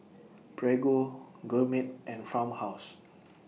Prego Gourmet and Farmhouse